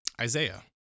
Isaiah